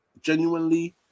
Genuinely